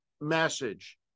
message